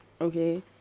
okay